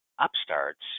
upstarts